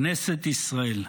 כנסת ישראל.